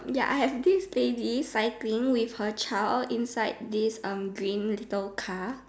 ya I have this lady cycling with her child inside this um green little car